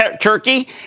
Turkey